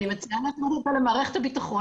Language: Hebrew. אני מציעה להפנות אותה למערכת הביטחון